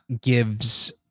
gives